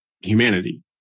humanity